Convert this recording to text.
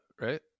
right